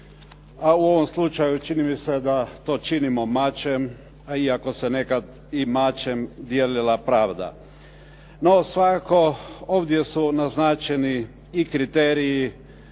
a u ovom slučaju čini mi se da to činimo mačem iako se nekad i mačem dijelila pravda. No, svakako ovdje su naznačeni i kriteriji